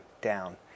down